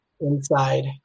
inside